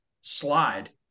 slide